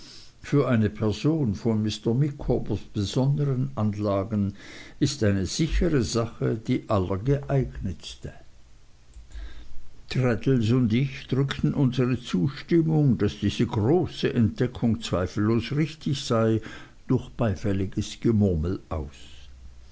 für eine person von mr micawbers besondern anlagen ist eine sichere sache die allergeeignetste traddles und ich drückten unsere zustimmung daß diese große entdeckung zweifellos richtig sei durch beifälliges gemurmel aus